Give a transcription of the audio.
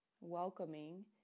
welcoming